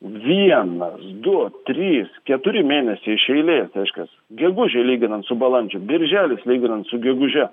vienas du trys keturi mėnesiai iš eilės reiškias gegužė lyginant su balandžiu birželis lyginant su geguže